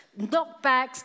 knockbacks